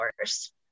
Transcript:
hours